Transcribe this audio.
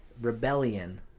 rebellion